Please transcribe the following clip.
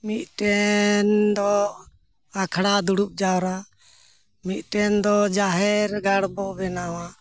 ᱢᱤᱫᱴᱮᱱ ᱫᱚ ᱟᱠᱷᱲᱟ ᱫᱩᱲᱩᱵ ᱡᱟᱣᱨᱟ ᱢᱤᱫᱴᱮᱱ ᱫᱚ ᱡᱟᱦᱮᱨ ᱜᱟᱲ ᱵᱚᱱ ᱵᱮᱱᱟᱣᱟ